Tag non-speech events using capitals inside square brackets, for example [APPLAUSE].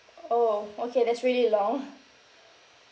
orh okay that's really long [LAUGHS]